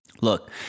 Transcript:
look